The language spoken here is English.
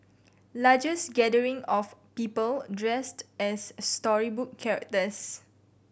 largest gathering of people dressed as storybook characters